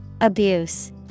Abuse